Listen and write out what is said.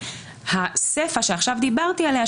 והסיפא שעכשיו דיברתי עליה,